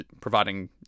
providing